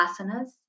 asanas